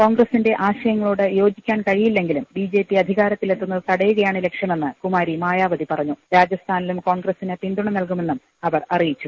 കോൺഗ്രസിന്റെ ആശയങ്ങളോട് യോജിക്കാൻ കഴിയില്ലെങ്കിലും ബിജെപി അധികാരത്തിലെത്തുന്നത് തടയുകയാണ് ലക്ഷ്യമെന്ന് കുമാരി മായാവതി പറഞ്ഞു രാജസ്ഥാനിലും കോൺഗ്രസിന് പിന്തുണ നൽകുമെന്നും അവർ അറിയിച്ചു